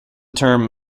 term